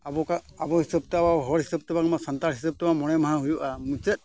ᱟᱵᱚᱣᱟᱜ ᱟᱵᱚ ᱦᱤᱥᱟᱹᱵᱽ ᱛᱮ ᱦᱚᱲ ᱦᱤᱥᱟᱹᱵᱽ ᱛᱮᱵᱚᱱ ᱢᱟ ᱥᱟᱱᱛᱟᱲ ᱦᱤᱥᱟᱹᱵᱽ ᱛᱮᱢᱟ ᱢᱚᱬᱮ ᱢᱟᱦᱟ ᱦᱩᱭᱩᱜᱼᱟ ᱢᱩᱪᱟᱹᱫ